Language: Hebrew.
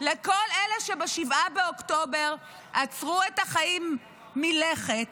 לכל אלה שב-7 באוקטובר עצרו את החיים מלכת,